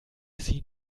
sie